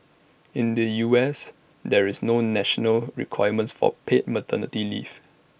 in the U S there's no national requirement for paid maternity leave